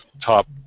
Top